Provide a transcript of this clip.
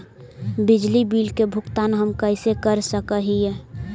बिजली बिल के भुगतान हम कैसे कर सक हिय?